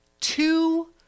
Two